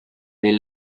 les